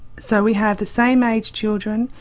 so we have the same aged children,